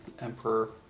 emperor